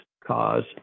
cause